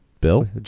Bill